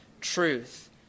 truth